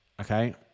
okay